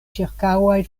ĉirkaŭaj